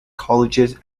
colleges